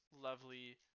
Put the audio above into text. lovely